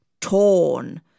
torn